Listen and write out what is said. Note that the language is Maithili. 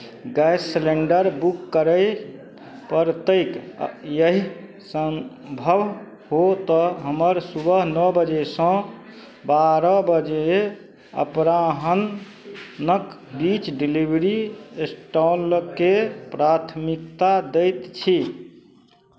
गैस सिलेण्डर बुक करय पड़तैक आ यदि सम्भव हो तऽ हमर सुबह नओ बजेसँ बारह बजे अपराह्नक बीच डिलीवरी स्टॉलकेँ प्राथमिकता दैत छी